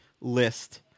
list